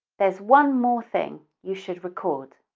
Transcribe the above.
there's one more thing you should record.